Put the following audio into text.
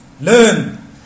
Learn